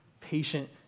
patient